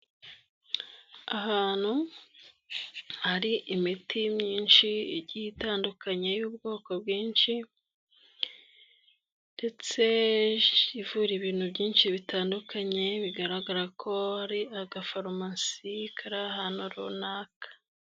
Ahantu hari imiti myinshi igiye itandukanye y'ubwoko bwinshi ndetse ivura ibintu byinshi bitandukanye, bigaragara ko ari agaforomasi kari ahantu runaka.